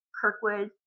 Kirkwood